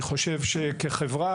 אני חושב שכחברה,